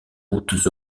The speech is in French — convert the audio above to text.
routes